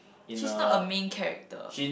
she's not a main character